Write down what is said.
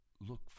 look